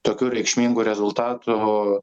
tokių reikšmingų rezultatų